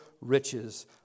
riches